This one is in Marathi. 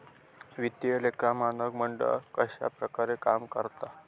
वित्तीय लेखा मानक मंडळ कश्या प्रकारे काम करता?